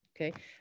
Okay